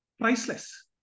priceless